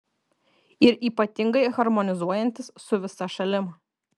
ir ypatingai harmonizuojantis su visa šalim